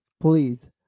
Please